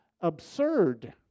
absurd